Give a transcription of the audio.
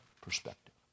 perspective